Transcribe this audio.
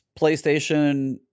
PlayStation